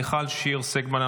מיכל שיר סגמן,